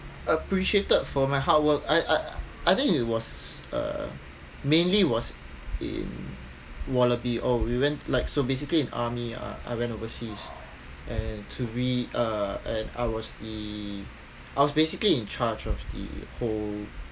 appreciated for my hard work I I I think it was uh mainly was in wallaby or we went like so basically in army ah I went overseas and to be uh and I was the I was basically in charge of the whole